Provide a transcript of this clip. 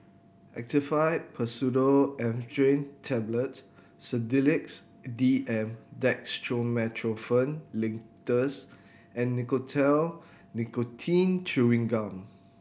Actifed Pseudoephedrine Tablets Sedilix D M Dextromethorphan Linctus and Nicotinell Nicotine Chewing Gum